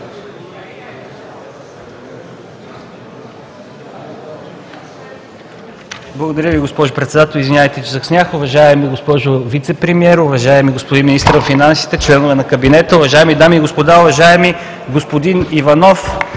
Благодаря Ви, госпожо Председател. Извинявайте, че закъснях. Уважаема госпожо Вицепремиер, уважаеми господин Министър на финансите, членове на кабинета, уважаеми дами и господа! Уважаеми господин Иванов,